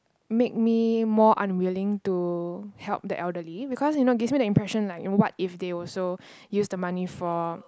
make me more unwilling to help the elderly because you know gives me the impression like what if they also use the money for